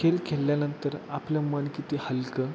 खेळ खेळल्यानंतर आपलं मन किती हलकं